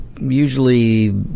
usually –